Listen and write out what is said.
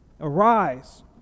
Arise